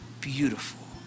beautiful